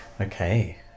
okay